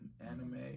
anime